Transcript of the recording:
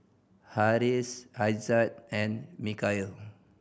Harris Aizat and Mikhail